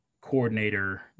coordinator